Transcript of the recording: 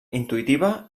intuïtiva